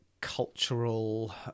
Cultural